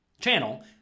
channel